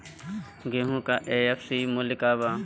गेहू का एम.एफ.सी मूल्य का बा?